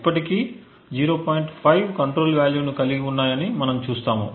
5 control వాల్యూను కలిగి ఉన్నాయని మనం చూస్తాము